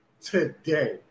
today